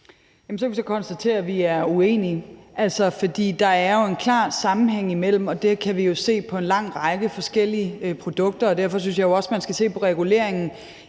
vi er uenige, for der er jo en klar sammenhæng der. Det kan vi jo se på en lang række forskellige produkter, og derfor synes jeg jo også, at man skal se på reguleringen,